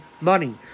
money